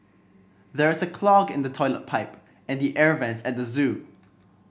there's a clog in the toilet pipe and the air vents at the zoo